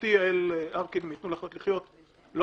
עמיתתי יעל ארקין מ"תנו לחיות לחיות" לא